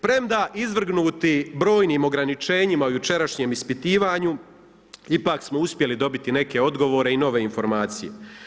Premda izvrgnuti brojnim ograničenjima jučerašnjem ispitivanju ipak smo uspjeli dobiti neke odgovore i nove informacije.